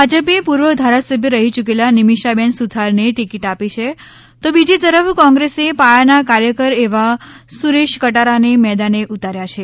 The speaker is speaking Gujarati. ભાજપે પૂર્વ ધારાસભ્ય રહી યૂકેલા નિમિષાબેન સુથારને ટિકીટ આપી છે તો બીજી તરફ કોંગ્રેસે પાયાના કાર્યકર એવા સુરેશ કટારાને મેદાને ઉતાર્યા છે